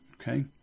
Okay